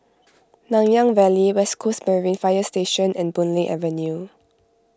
Nanyang Valley West Coast Marine Fire Station and Boon Lay Avenue